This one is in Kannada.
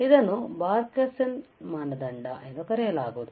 ಇದನ್ನು ಬಾರ್ಖೌಸೆನ್ ಮಾನದಂಡಎಂದು ಕರೆಯಲಾಗುವುದು